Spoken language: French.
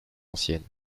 ancienne